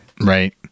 right